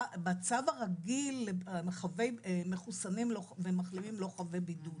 בצו הרגיל מחוסנים ומחלימים לא חבי בידוד.